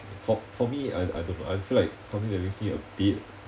for for me I I don't know I feel like something that makes me a bit